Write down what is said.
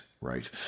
right